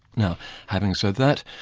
now having said that,